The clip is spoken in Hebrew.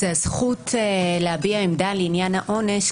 וזו הזכות להביע עמדה לעניין העונש.